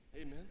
Amen